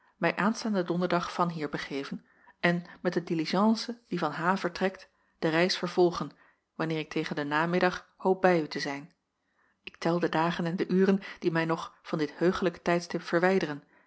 mij aanstaanden donderdag vanhier begeven en met de diligence die van h vertrekt de reis vervolgen wanneer ik tegen den namiddag hoop bij u te zijn ik tel de dagen en de uren die mij nog van dit heugelijk tijdstip verwijderen